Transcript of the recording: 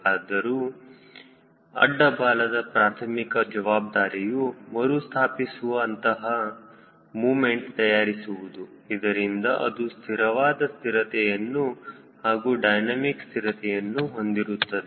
ಆದರೂ ಅಡ್ಡ ಬಾಲದ ಪ್ರಾರ್ಥಮಿಕ ಜವಾಬ್ದಾರಿಯೂ ಮರುಸ್ಥಾಪಿಸುವ ಅಂತಹ ಮೂಮೆಂಟ್ ತಯಾರಿಸುವುದು ಇದರಿಂದ ಅದು ಸ್ಥಿರವಾದ ಸ್ಥಿರತೆಯನ್ನು ಹಾಗೂ ಡೈನಮಿಕ್ ಸ್ಥಿರತೆಯನ್ನು ಹೊಂದಿರುತ್ತದೆ